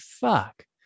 fuck